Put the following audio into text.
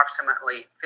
approximately